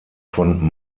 von